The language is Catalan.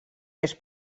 més